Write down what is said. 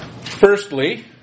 Firstly